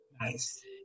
Nice